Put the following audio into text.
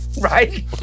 Right